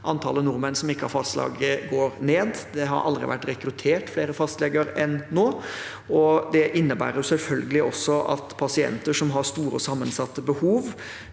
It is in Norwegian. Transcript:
Antallet nordmenn som ikke har fastlege, går ned. Det har aldri vært rekruttert flere fastleger enn nå, og det innebærer selvfølgelig også at pasienter som har store og sammensatte behov